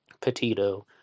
Petito